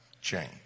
change